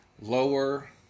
lower